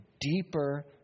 deeper